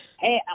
hey